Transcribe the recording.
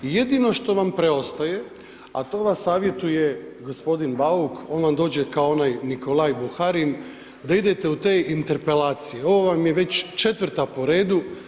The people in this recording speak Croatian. I jedino što vam preostaje, a to vas savjetuje gospodin Bauk on vam dođe kao onaj Nikolaj Buharin da idete u te interpelacije, ovo vam je već 4 po redu.